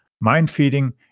mind-feeding